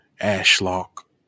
Ashlock